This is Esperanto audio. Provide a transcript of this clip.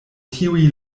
tiuj